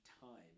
time